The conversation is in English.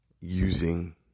using